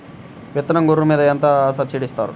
విత్తనం గొర్రు మీద ఎంత సబ్సిడీ ఇస్తారు?